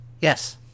Yes